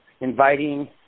inviting